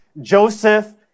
Joseph